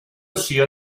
sia